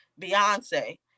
Beyonce